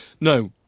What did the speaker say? no